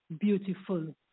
beautiful